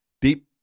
deep